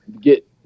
get